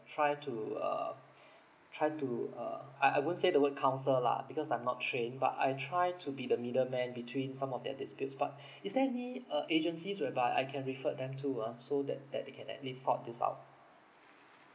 try to uh try to uh I I won't say the word counsel lah because I'm not trained but I try to be the middleman between some of their disputes but is there any uh agencies whereby I can refer them to ah so that that they can at least sort this out